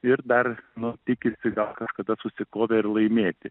ir dar nu tikisi gal kažkada susikovę ir laimėti